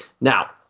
Now